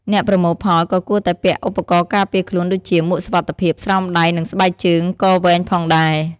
អ្នកប្រមូលផលក៏គួរតែពាក់ឧបករណ៍ការពារខ្លួនដូចជាមួកសុវត្ថិភាព ស្រោមដៃ និងស្បែកជើងកវែងផងដែរ។